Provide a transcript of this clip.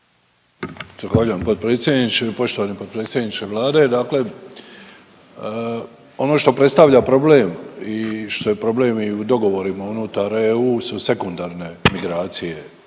Zahvaljujem potpredsjedniče. Poštovani potpredsjedniče Vlade. Dakle, ono što predstavlja problem i što je problem i u dogovorima unutar EU su sekundarne migracije,